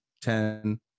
ten